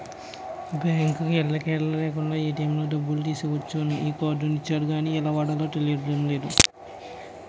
బాంకుకి ఎల్లక్కర్లేకుండానే ఏ.టి.ఎం లో డబ్బులు తీసుకోవచ్చని ఈ కార్డు ఇచ్చారు గానీ ఎలా వాడాలో తెలియడం లేదు